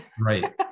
Right